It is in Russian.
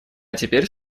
теперь